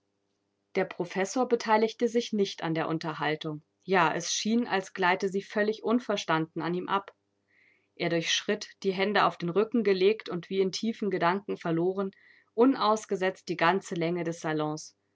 der professor beteiligte sich nicht an der unterhaltung ja es schien als gleite sie völlig unverstanden an ihm ab er durchschritt die hände auf den rücken gelegt und wie in tiefen gedanken verloren unausgesetzt die ganze länge des salons